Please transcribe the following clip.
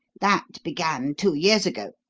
that began two years ago,